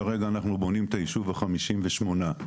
כרגע אנחנו בונים את הישוב החמישים ושמונה.